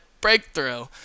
Breakthrough